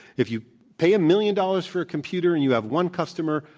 if you pay a million dollars for a computer, and you have one customer,